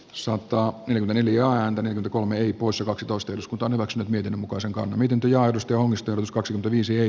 sota yli miljoonaan tonniin kolme ii poissa kaksitoista eduskunta hyväksyy niiden mukaan se miten työ aidosti omistus kaksi viisi joy